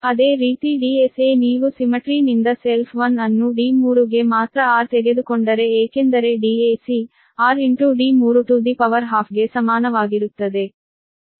ಅದೇ ರೀತಿ Dsa ನೀವು symmetry ನಿಂದ self one ಅನ್ನು d3 ಗೆ ಮಾತ್ರ r ತೆಗೆದುಕೊಂಡರೆ ಏಕೆಂದರೆ Dac r D3 to the power half ಗೆ ಸಮಾನವಾಗಿರುತ್ತದೆ